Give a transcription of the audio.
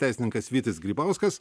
teisininkas vytis grybauskas